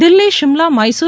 Delhi Shimla Mysuru